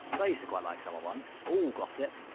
i used to quite like someone once. ooh, gossip